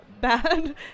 bad